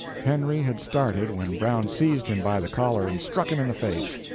henry had started when brown seized him by the collar and struck him in the face.